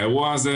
האירוע הזה,